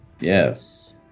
yes